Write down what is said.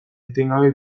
etengabe